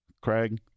Craig